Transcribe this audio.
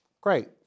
great